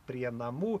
prie namų